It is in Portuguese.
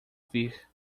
vir